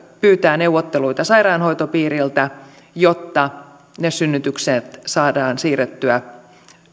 pyytää neuvotteluita sairaanhoitopiiriltä jotta ne synnytykset saadaan siirrettyä